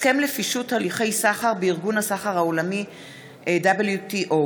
הסכם לפישוט הליכי סחר בארגון הסחר העולמי WTO,